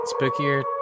Spookier